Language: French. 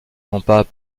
pourtant